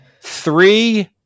Three